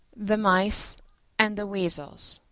the mice and the weasels